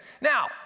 Now